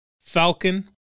Falcon